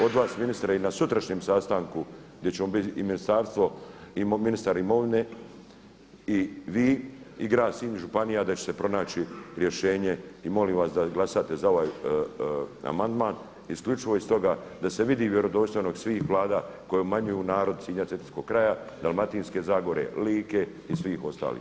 Od vas ministre i na sutrašnjem sastanku gdje ćemo biti i ministarstvo i ministar imovine i vi i grad Sinj i županija da će se pronaći rješenje i molim vas da glasate za ovaj amandman isključivo iz toga da se vidi vjerodostojnost svih vlada koje umanjuju narod Sinja cetinskog kraja, Dalmatinske zagore, Like i svih ostalih.